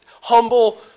humble